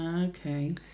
okay